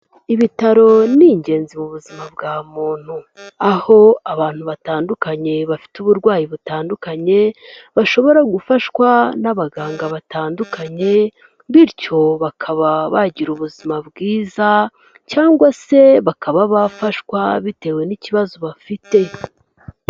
Ibitaro ni ingenzi mu buzima bwa muntu, aho abantu batandukanye bafite uburwayi butandukanye, bashobora gufashwa n'abaganga batandukanye, bityo bakaba bagira ubuzima bwiza, cyangwa se bakaba bafashwa bitewe n'ikibazo bafite.